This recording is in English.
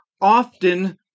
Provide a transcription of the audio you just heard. often